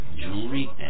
jewelry